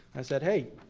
i said, hey,